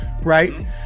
right